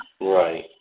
Right